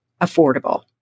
affordable